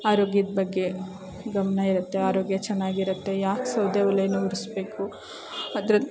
ಆರೋಗ್ಯದ ಬಗ್ಗೆ ಗಮನ ಇರುತ್ತೆ ಆರೋಗ್ಯ ಚೆನ್ನಾಗಿರುತ್ತೆ ಯಾಕೆ ಸೌದೆ ಒಲೆಯ ಉರಿಸಬೇಕು ಅದರ